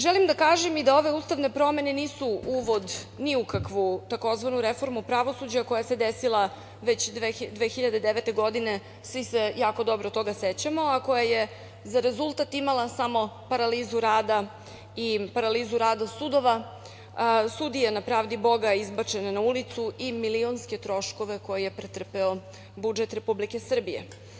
Želim da kažem i da ove ustavne promene nisu uvod ni u kakvu tzv. „reformu pravosuđa“ koja se desila već 2009. godine, svi se toga jako dobro sećamo, a koja je za rezultat imala samo paralizu rada i paralizu rada sudova, a sudije na pravdi Boga izbačena na ulicu i milionske troškove koje je pretrpeo budžet Republike Srbije.